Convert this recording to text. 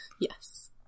Yes